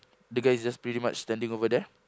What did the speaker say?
the guy is just pretty much standing over there